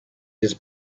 his